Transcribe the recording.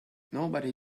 nobody